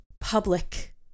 public